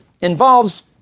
involves